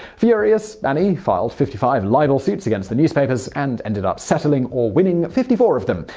furious, annie filed fifty five libel suits against the newspapers and ended up settling or winning fifty four of them.